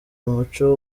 umuco